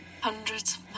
Hundreds